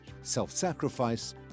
self-sacrifice